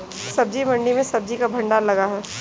सब्जी मंडी में सब्जी का भंडार लगा है